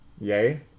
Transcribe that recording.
Yay